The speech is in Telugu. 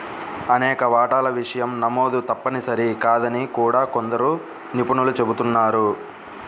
అనేక వాటాల విషయం నమోదు తప్పనిసరి కాదని కూడా కొందరు నిపుణులు చెబుతున్నారు